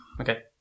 Okay